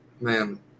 man